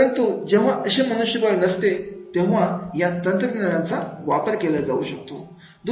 पण तू जेव्हा अशी मनुष्यबळ नसते तेव्हा या तंत्रज्ञानाचा वापर केला जाऊ शकतो